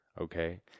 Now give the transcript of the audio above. Okay